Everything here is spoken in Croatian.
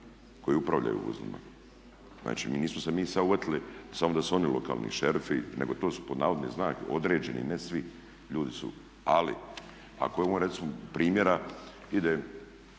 koji upravljaju vozilima. Znači mi nismo se sad uhvatili samo da su oni lokalni šerifi nego to su pod navodne znake određeni ne svi. Ali imamo recimo primjera ide